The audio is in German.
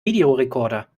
videorekorder